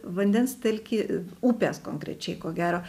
vandens telki upės konkrečiai ko gero